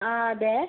ആ അതെ